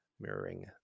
mirroring